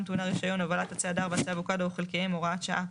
טעונה רישיון הובלת עצי הדר ועצי אבוקדו או חלקיהם) (הוראת שעה),